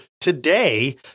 today